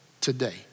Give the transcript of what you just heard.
today